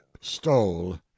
stole